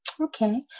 Okay